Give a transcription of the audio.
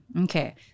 okay